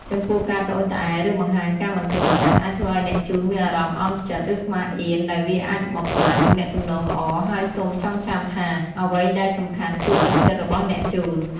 ចំពោះការត្អូញត្អែរ ឬបង្ហាញការមិនពេញចិត្ត អាចធ្វើឲ្យអ្នកជូនមានអារម្មណ៍អន់ចិត្ត ឬខ្មាសអៀន ដែលវាអាចបំផ្លាញទំនាក់ទំនងល្អ ហើយសូមចងចាំថា អ្វីដែលសំខាន់គឺទឹកចិត្តរបស់អ្នកជូន។